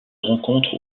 rencontre